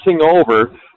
over